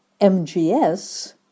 MGS